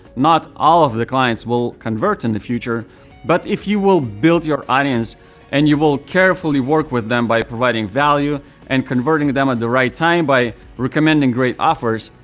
not all of the clients will convert in the future but if you will build your audience and you will carefully work with them by providing value and converting them at the right time by recommending great offers,